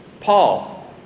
Paul